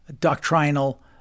doctrinal